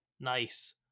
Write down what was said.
Nice